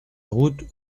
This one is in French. route